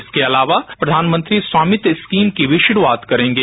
इसके अलावा प्रधानमंत्री स्वामित्व स्कीम की भी शुरूआत करेंगे